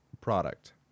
product